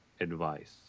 advice